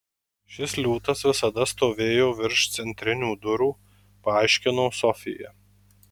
šis liūtas visada stovėjo virš centrinių durų paaiškino sofija